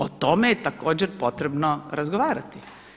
O tome je također potrebno razgovarati.